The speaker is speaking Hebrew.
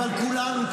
אבל כולנו,